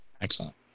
Excellent